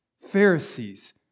Pharisees